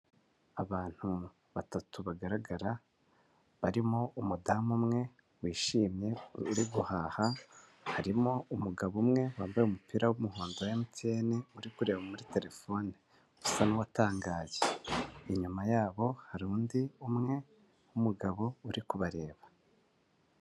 Abantu batatu bagaragara, barimo umudamu umwe wishimye uri guhaha, harimo umugabo umwe wambaye umupira w'umuhondo MTN uri kureba muri terefone usa n'uwatangaye, inyuma yabo hari undi umwe w'umugabo uri kubareba.